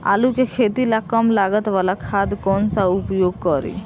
आलू के खेती ला कम लागत वाला खाद कौन सा उपयोग करी?